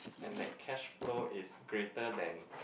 and that cash flow is greater than